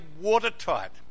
watertight